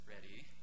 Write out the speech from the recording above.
ready